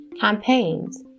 campaigns